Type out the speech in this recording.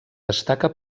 destaca